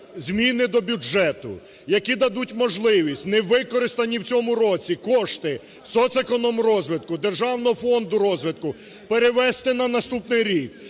зміни до бюджету, які дадуть можливість не використані в цьому році кошти соцекономрозвитку, Державного фонду розвитку перевести на наступний рік.